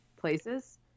places